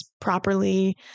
properly